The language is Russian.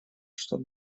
что